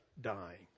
dying